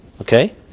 Okay